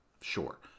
sure